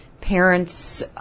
parents